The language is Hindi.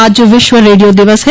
आज विश्व रेडियो दिवस है